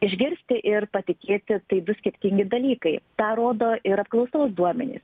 išgirsti ir patikėti tai du skirtingi dalykai tą rodo ir apklausos duomenys